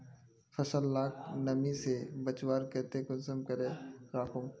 फसल लाक नमी से बचवार केते कुंसम करे राखुम?